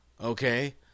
Okay